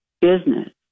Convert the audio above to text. business